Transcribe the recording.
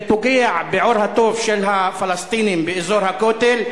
זה פוגע בעור התוף של הפלסטינים באזור הכותל,